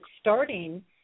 starting